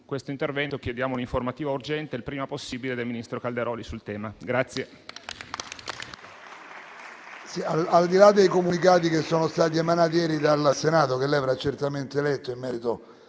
Con questo intervento chiediamo pertanto un'informativa urgente, il prima possibile, del ministro Calderoli sul tema.